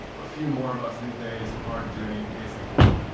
a few more of us these days are doing async work.